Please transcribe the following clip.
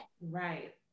Right